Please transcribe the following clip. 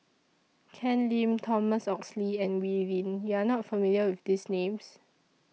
Ken Lim Thomas Oxley and Wee Lin YOU Are not familiar with These Names